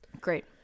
great